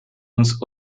uns